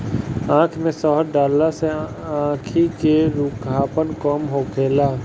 आँख में शहद डालला से आंखी के रूखापन कम होखेला